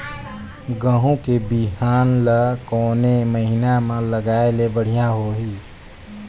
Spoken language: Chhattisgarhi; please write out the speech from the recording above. गहूं के बिहान ल कोने महीना म लगाय ले बढ़िया होही?